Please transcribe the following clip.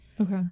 Okay